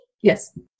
Yes